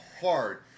hard